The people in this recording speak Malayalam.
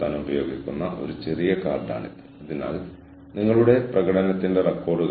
അതിനാൽ നിങ്ങൾ ഉൽപ്പാദനക്ഷമതയുള്ളവരാണെങ്കിൽ നിങ്ങളുടെ കാര്യക്ഷമത ഉയർന്നതാണെങ്കിൽ നിങ്ങളുടെ മത്സര നേട്ടം നിലനിർത്തപ്പെടും